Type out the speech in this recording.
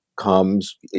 Comes